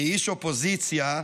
כאיש אופוזיציה,